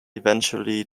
eventually